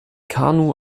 kanu